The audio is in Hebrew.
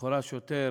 שוטר